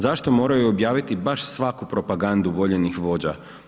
Zašto moraju objaviti baš svaku propagandu voljenih vođa?